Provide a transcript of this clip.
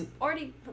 already